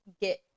get